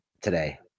today